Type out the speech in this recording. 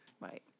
Right